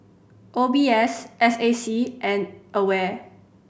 O B S S A C and AWARE